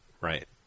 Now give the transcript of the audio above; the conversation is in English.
Right